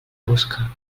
busca